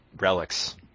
relics